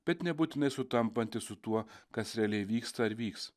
bet nebūtinai sutampanti su tuo kas realiai vyksta ar vyks